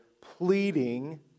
pleading